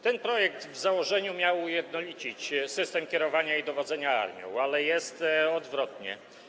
Ten projekt w założeniu miał ujednolicić system kierowania i dowodzenia armią, a jest odwrotnie.